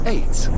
Eight